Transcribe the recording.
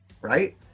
Right